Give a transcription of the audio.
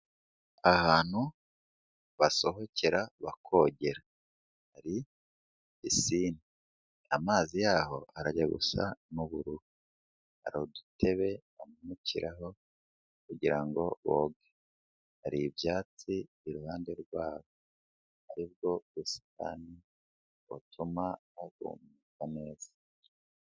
Ahantu basohokera bakogera hari pisine, amazi yaho arajya gusa n'ubururu hari udutebe bamanukiraho kugira ngo boge, hari ibyatsi iruhande rwabo ari bwo busitani butuma bagubwa neza.